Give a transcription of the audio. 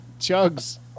Chugs